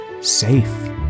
safe